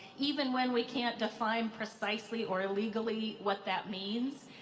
even when we can't define precisely or legally what that means.